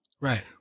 right